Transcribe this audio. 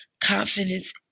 confidence